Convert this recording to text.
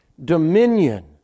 Dominion